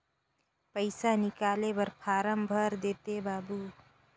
पइसा निकाले बर फारम भर देते बाबु?